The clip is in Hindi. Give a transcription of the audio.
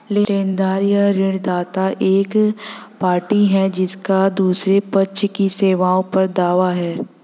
लेनदार या ऋणदाता एक पार्टी है जिसका दूसरे पक्ष की सेवाओं पर दावा है